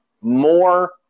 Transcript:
more